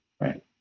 right